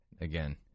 again